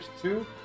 Two